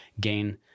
gain